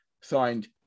Signed